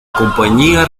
compañía